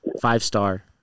five-star